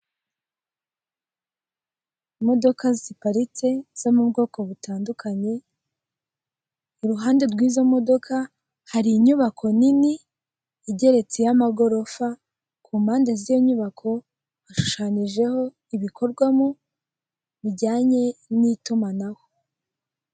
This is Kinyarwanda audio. Imodoka ziparitse, zo mu bwoko butandukanye, iruhande rw'izo modoka hari inyubako nini, igeretse, y'amagorofa, ku mpande z'iyo nyubako hashushanyijeho ibikorwamo bijyanye n'itumanaho.